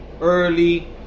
early